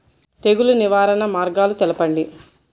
తెగులు నివారణ మార్గాలు తెలపండి?